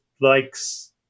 likes